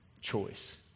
choice